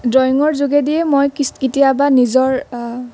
ড্ৰয়িঙৰ যোগেদিয়েই মই কেতিয়াবা নিজৰ